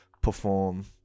perform